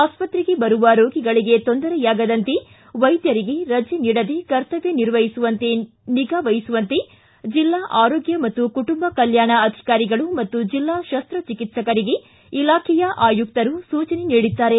ಆಸ್ಪತ್ರೆಗೆ ಬರುವ ರೋಗಿಗಳಿಗೆ ತೊಂದರೆಯಾಗದಂತೆ ವೈದ್ಯರಿಗೆ ರಜೆ ನೀಡದೆ ಕರ್ತವ್ಯ ನಿರ್ವಹಿಸುವಂತೆ ನಿಗಾ ವಹಿಸುವಂತೆ ಜಿಲ್ಲಾ ಆರೋಗ್ಯ ಮತ್ತು ಕುಟುಂಬ ಕಲ್ಕಾಣ ಅಧಿಕಾರಿಗಳು ಮತ್ತು ಜಿಲ್ಲಾ ಶಸ್ತ ಚಿಕಿತ್ಸಕರಿಗೆ ಇಲಾಖೆ ಆಯುಕ್ತರು ಸೂಚನೆ ನೀಡಿದ್ದಾರೆ